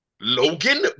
Logan